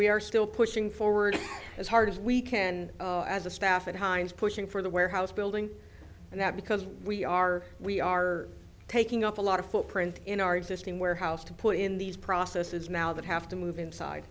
we are still pushing forward as hard as we can as a staff at hines pushing for the warehouse building and that because we are we are taking up a lot of footprint in our existing warehouse to put in these processes now that have to move inside